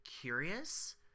curious